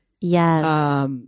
Yes